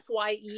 FYE